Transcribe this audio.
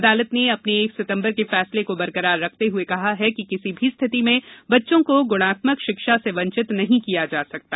अदालत ने अपने एक सितम्बर के फैसले को बरकरार रखते हुए कहा है कि किसी भी स्थिति में बच्चों को गुणात्मक शिक्षा से वंचित नहीं किया जा सकता